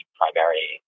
primary